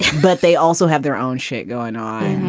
but they also have their own shit going on.